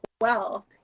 wealth